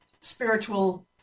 spiritual